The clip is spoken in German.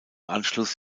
anschluss